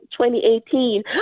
2018